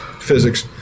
physics